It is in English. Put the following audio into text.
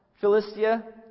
Philistia